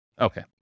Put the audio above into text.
Okay